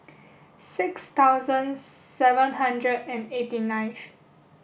six thousand seven hundred and eighty nineth